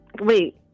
Wait